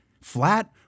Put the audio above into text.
Flat